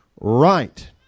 right